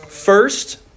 First